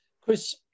Chris